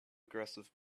aggressive